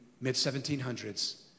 mid-1700s